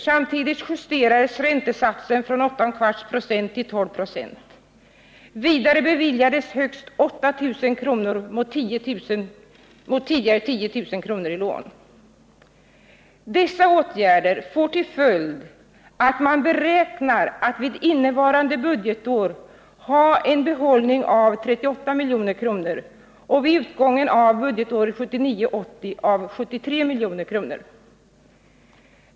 Samtidigt justerades räntesatsen från 8 1 80 73 milj.kr.